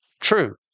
true